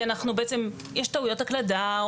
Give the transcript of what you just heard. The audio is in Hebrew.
כי בעצם יש טעיות הקלדה,